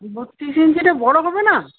বত্তিরিশ ইঞ্চিটা বড়ো হবে না